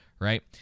Right